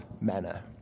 manner